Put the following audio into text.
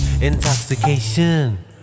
intoxication